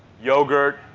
yogurt,